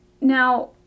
Now